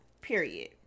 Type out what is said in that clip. period